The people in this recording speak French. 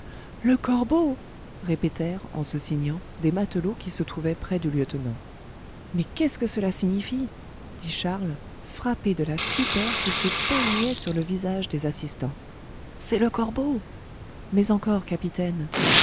le corbeau répétèrent en se signant des matelots qui se trouvaient près du lieutenant mais qu'est-ce que cela signifie dit charles frappé de la stupeur qui se peignait sur le visage des assistants c'est le corbeau mais encore capitaine